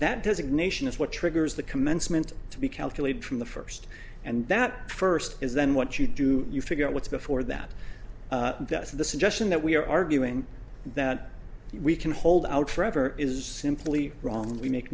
that does ignatius what triggers the commencement to be calculated from the first and that first is then what you do you figure out what's before that the suggestion that we are arguing that we can hold out forever is simply wrong we make